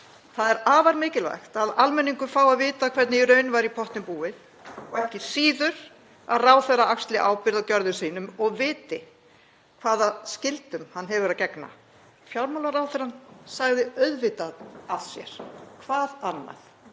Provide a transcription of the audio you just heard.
Það er afar mikilvægt að almenningur fái að vita hvernig í raun var í pottinn búið og ekki síður að ráðherra axli ábyrgð á gjörðum sínum og viti hvaða skyldum hann hefur að gegna. Fjármálaráðherrann sagði auðvitað af sér. Hvað annað?